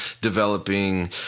developing